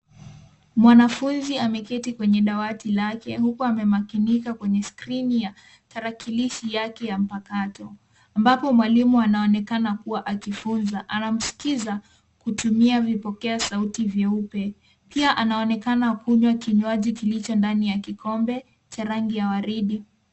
Mwanafunzi ameketi kwenye dawati lake huku amemakinika kwenye skrini ya tarakilishi yake ya mpakato ambapo mwalimu anaonekana kuwa akifunza. Anamsikiza kutumia vipokea sauti vyeupe. Pia anaonekana kunywa kinywaji kilicho ndani ya kikombe cha rangi ya waridi.